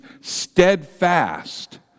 steadfast